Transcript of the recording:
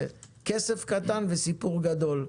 זה כסף קטן וסיפור גדול.